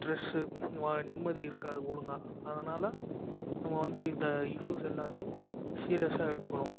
stress நிம்மதி இருக்காது ஒழுங்காக அதனால் நம்ம வந்து இந்த இஸ்யூஸ் எல்லாத்தையும் சீரியஸாக எடுத்துக்கணும்